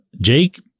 Jake